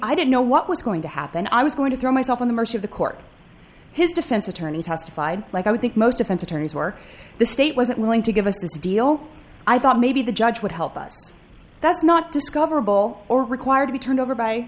i didn't know what was going to happen i was going to throw myself on the mercy of the court his defense attorney testified like i would think most offense attorneys were the state wasn't willing to give us a deal i thought maybe the judge would help us that's not discoverable or required to be turned over by